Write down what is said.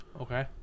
Okay